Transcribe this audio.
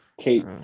Kate